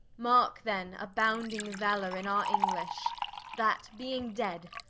marke then abounding valour in our english that being dead,